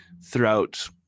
throughout